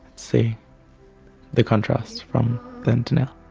see the contrast from then to now.